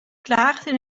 klaagden